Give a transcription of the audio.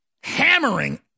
hammering